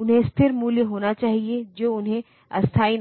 तो जब आप सी लैंग्वेज के बारे में बात कर रहे हैं हाई